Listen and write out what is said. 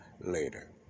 later